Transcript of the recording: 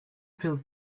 pill